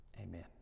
Amen